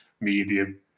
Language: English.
medium